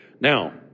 Now